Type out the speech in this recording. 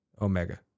Omega